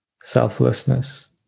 selflessness